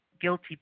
guilty